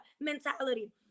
mentality